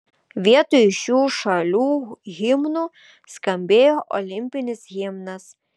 vietoj šių šalių himnų skambėjo olimpinis himnas